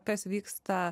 kas vyksta